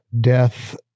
death